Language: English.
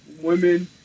women